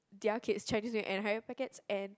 their kids Chinese-New-Year and Hari-Raya packets and